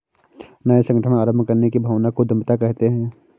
नये संगठन आरम्भ करने की भावना को उद्यमिता कहते है